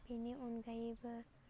बेनि अनगायैबो